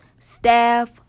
staff